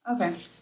Okay